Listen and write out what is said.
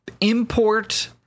import